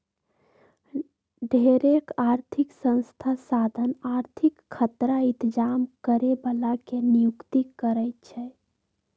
ढेरेक आर्थिक संस्था साधन आर्थिक खतरा इतजाम करे बला के नियुक्ति करै छै